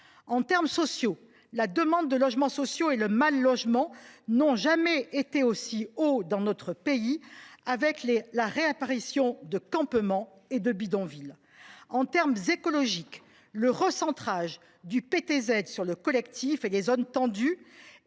est du social, la demande de logements sociaux et le mal logement n’ont jamais été aussi hauts dans notre pays, avec la réapparition de campements et de bidonvilles. Pour ce qui est de l’écologie, le recentrage du PTZ sur le collectif et les zones tendues,